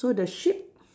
so the sheep